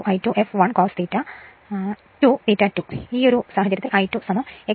അതിനാൽ x V2 I2 fl cos theta 2 ∅2 അത് ഈ സാഹചര്യത്തിൽ I2 x I2 fl